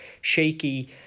shaky